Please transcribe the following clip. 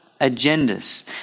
agendas